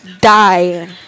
die